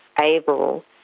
able